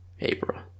April